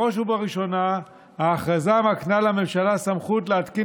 בראש ובראשונה ההכרזה מקנה לממשלה סמכות להתקין